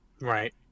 Right